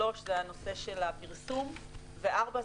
3. הנושא של הפרסום, ו-4.